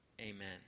Amen